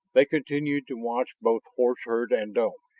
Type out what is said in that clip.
they continued to watch both horse herd and domes.